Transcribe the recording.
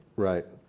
right.